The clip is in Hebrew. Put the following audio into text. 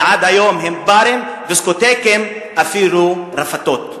ועד היום הם ברים ודיסקוטקים ואפילו רפתות.